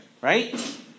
right